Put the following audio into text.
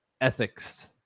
ethics